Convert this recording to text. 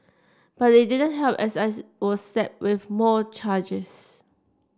but it didn't help as I was slapped with more charges